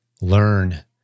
learn